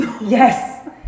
yes